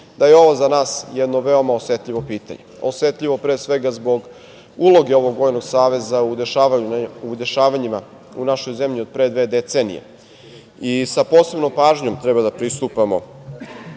da je ovo za nas jedno veoma osetljivo pitanja, osetljivo pre svega zbog uloge ovog vojnog saveza u dešavanjima u našoj zemlji od pre dve decenije i sa posebnom pažnjom treba da pristupamo